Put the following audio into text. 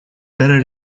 better